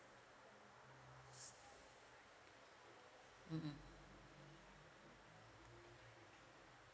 mmhmm